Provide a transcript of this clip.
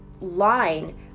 line